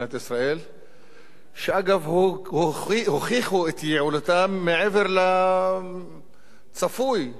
שאגב הוכיחו את יעילותם מעבר לצפוי בנסיבות אחרות